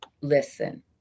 listen